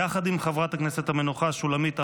יחד עם חברת הכנסת המנוחה שולמית אלוני,